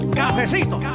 cafecito